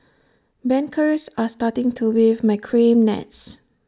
bankers are starting to weave macrame nets